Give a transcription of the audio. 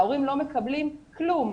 ההורים לא מקבלים כלום,